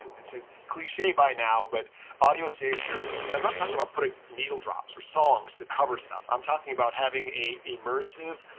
it's a cliche by now, but audio saves everything. and i'm not talking about putting needle drops or songs to cover stuff. i'm talking about having a immersive,